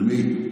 של מי?